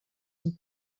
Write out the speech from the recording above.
amb